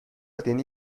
دنی